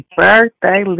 birthday